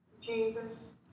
Jesus